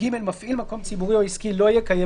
(ג)מפעיל מקום ציבורי או עסקי לא יקיים